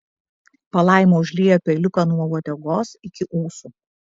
palaima užliejo peliuką nuo uodegos iki ūsų